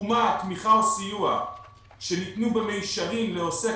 "תמיכה או סיוע שניתנו במישרין לעוסק